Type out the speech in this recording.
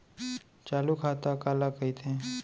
चालू खाता काला कहिथे?